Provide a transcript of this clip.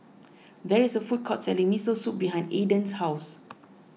there is a food court selling Miso Soup behind Aydan's house